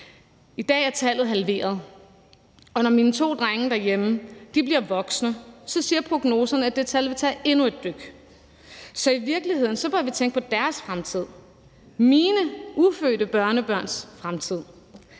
I dag er tallet halveret, og når mine to drenge derhjemme bliver voksne, vil det tal tage endnu et dyk, siger prognoserne. Så i virkeligheden bør vi tænke på deres fremtid, mine ufødte børnebørns fremtid.